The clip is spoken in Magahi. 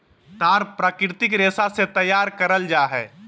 तार प्राकृतिक रेशा से तैयार करल जा हइ